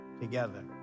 together